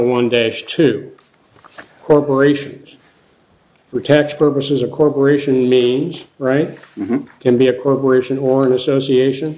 one dish two corporations were tax purposes a corporation means right can be a corporation or an association